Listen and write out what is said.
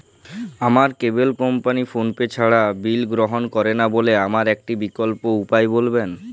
আমার cable company PhonePe ছাড়া bill গ্রহণ করে না বলে আমার একটা বিকল্প উপায় বলবেন?